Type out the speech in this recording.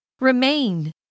Remain